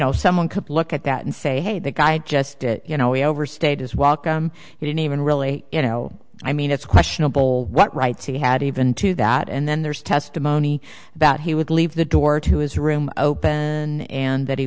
know some one cup look at that and say hey that guy just you know he overstayed his welcome he didn't even really you know i mean it's questionable what rights he had even to that and then there's testimony about he would leave the door to his room open and that he